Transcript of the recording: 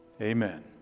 Amen